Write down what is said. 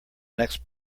next